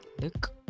look